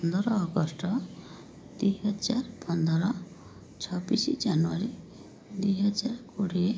ପନ୍ଦର ଅଗଷ୍ଟ ଦୁଇହଜାର ପନ୍ଦର ଛବିଶ ଜାନୁଆରୀ ଦୁଇହଜାର କୋଡ଼ିଏ